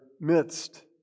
midst